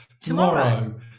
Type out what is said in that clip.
tomorrow